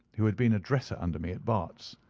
who had been a dresser under me at barts.